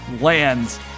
lands